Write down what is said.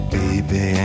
baby